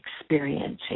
experiencing